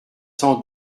sans